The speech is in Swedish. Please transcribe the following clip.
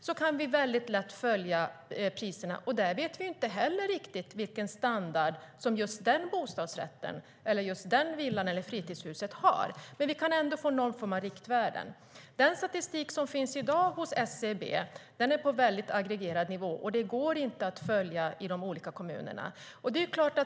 Där kan man lätt följa priserna även om vi inte alltid vet vilken standard just den bostaden har. Men vi kan alltid få någon form av riktvärden. Den statistik som finns i dag hos SCB är på väldigt aggregerad nivå och går inte att följa i olika kommuner.